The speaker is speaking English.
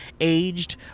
aged